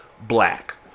black